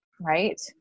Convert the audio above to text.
right